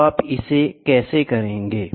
तो आप इसे कैसे करेंगे